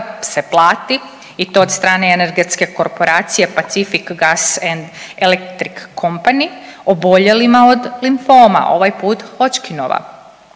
se plati i to od strane energetske korporacije Pacific Gas and Electric Company oboljelima od limfoma ovaj put Hodgkinova.